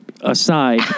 aside